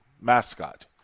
mascot